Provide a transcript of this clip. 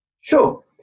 Sure